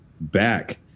back